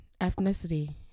ethnicity